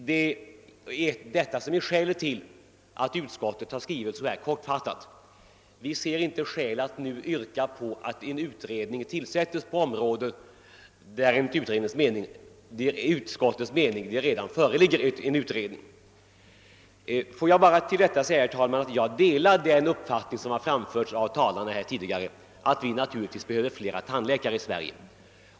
Detta är skälet till att utskottet har skrivit så kortfattat. Vi finner inte någon anledning att nu yrka på att en ny utredning tillsättes på ett område där det redan pågår utredning. Får jag till detta bara säga att jag delar den uppfattning som framförts av tidigare talare här beträffande tandläkarbristen. Vi behöver naturligtvis flera tandläkare i Sverige.